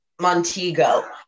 Montego